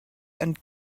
and